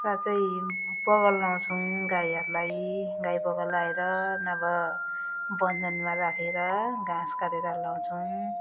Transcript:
र चाहिँ पगा लगाउँछौँ गाईहरूलाई गाई पगा लगाएर नभए बन्धनमा राखेर घाँस काटेर लगाउँछौँ